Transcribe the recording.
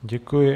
Děkuji.